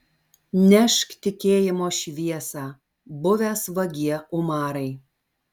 nešk tikėjimo šviesą buvęs vagie umarai